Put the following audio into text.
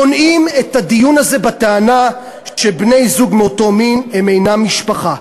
מונעים את הדיון הזה בטענה שבני-זוג מאותו המין הם אינם משפחה.